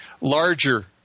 larger